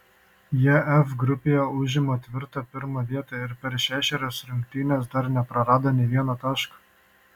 jie f grupėje užima tvirtą pirmą vietą ir per šešerias rungtynes dar neprarado nė vieno taško